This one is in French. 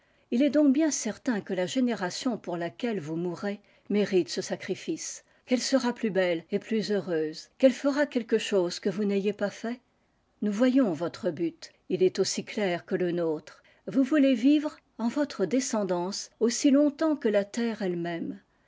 il est donc bien certain que la génération pour laquelle vous mourez mérite ce sacrifice qu'elle sera plus belle et plus heureuse qu'elle fera quelque chose que vous n'ayez pas fait nous voyons votre but il est aussi clair que le nôtre vous voulez vivre en votre descendance aussi longtemps que la terre elle-même